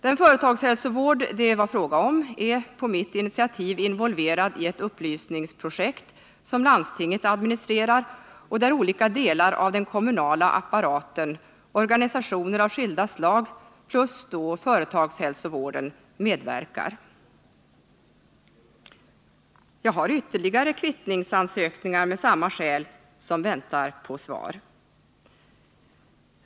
Den företagshälsovårdscentral det var fråga om är på mitt initiativ involverad i ett upplysningsprojekt som landstinget administrerar och där olika delar av den kommunala apparaten, organisationer av olika slag plus företagshälsovården medverkar. Jag har ytterligare kvittningsansökningar med samma skäl som väntar på svar.